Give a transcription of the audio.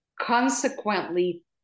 consequently